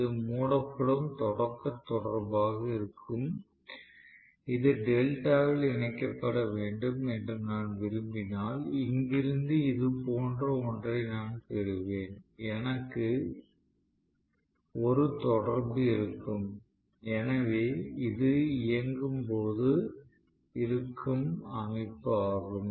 இது மூடப்படும் தொடக்கத் தொடர்பாக இருக்கும் இது டெல்டாவில் இணைக்கப்பட வேண்டும் என்று நான் விரும்பினால் இங்கிருந்து இதுபோன்ற ஒன்றை நான் பெறுவேன் எனக்கு ஒரு தொடர்பு இருக்கும் எனவே இது இயங்கும் போது இருக்கும் அமைப்பு ஆகும்